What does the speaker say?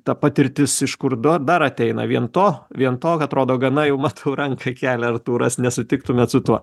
ta patirtis iš kur duo dar ateina vien to vien tok atrodo gana jau matau ranką kelia artūras nesutiktumėt su tuo